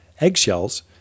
eggshells